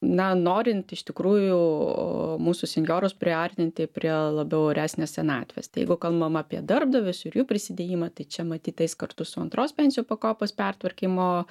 na norint iš tikrųjų mūsų senjorus priartinti prie labiau oresnės senatvės tai jeigu kalbam apie darbdavius ir jų prisidėjimą tai čia matyt eis kartu su antros pensijų pakopos pertvarkymo